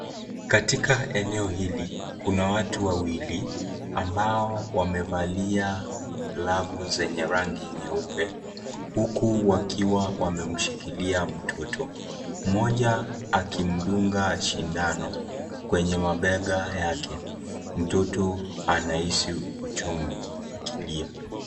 Katika eneo hili kuna watu wawili ambao wamevalia glavu zenye rangi nyeupe huku wakiwa wamemshikilia mtoto. Mmoja akimdunga sindano kwenye bega yake, Mtoto anahisi uchungu akilia.